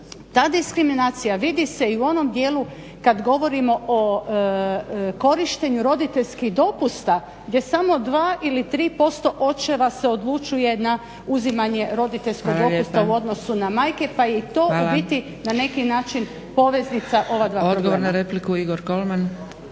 Ta diskriminacija vidi se i u onom dijelu kada govorimo o korištenju roditeljskih dopusta gdje samo 2 ili 3% očeva se odlučuje na uzimanje roditeljskog dopusta u odnosu na majke pa je i to u biti na neki način poveznica ova dva problema.